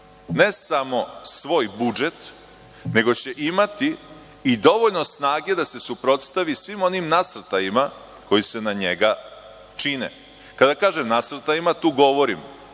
ne samo svoj budžet, nego će imati i dovoljno snage da se suprotstavi svim onim nasrtajima koji se na njega čine. Kada kažem nasrtajima, tu govorim